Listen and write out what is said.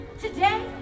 Today